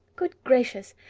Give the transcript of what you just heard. good gracious!